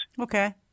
Okay